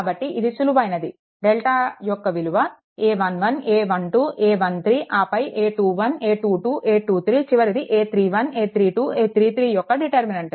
కాబట్టి ఇది సులువైనది డెల్టా యొక్క విలువ a11 a12 a13 ఆపై a21 a22 a23 చివరది a31 a32 a33 యొక్క డిటర్మినెంట్